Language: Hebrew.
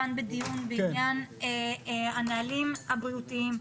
כאן בדיון בעניין הנהלים הבריאותיים,